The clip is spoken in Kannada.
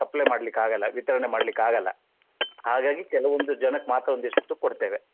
ಸಪ್ಲೈ ಮಾಡ್ಲಿಕ್ಕೆ ಆಗೋಲ್ಲ ವಿತರಣೆ ಮಾಡ್ಲಿಕ್ಕೆ ಆಗೋಲ್ಲ ಹಾಗಾಗಿ ಕೆಲವೊಂದು ಜನಕ್ಕೆ ಮಾತ್ರ ಒಂದಿಷ್ಟು ಕೊಡ್ತೇವೆ